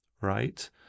right